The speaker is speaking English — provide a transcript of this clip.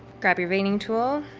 grab your veining tool,